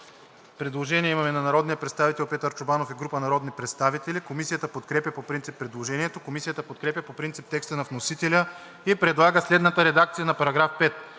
Предложение на народния представител Петър Чобанов и група народни представители, което е подкрепено по принцип от Комисията. Комисията подкрепя по принцип текста на вносителя и предлага следната редакция на § 2: „§ 2.